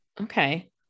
okay